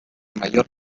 mayor